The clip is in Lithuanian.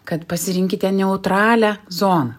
kad pasirinkite neutralią zoną